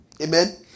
Amen